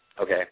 Okay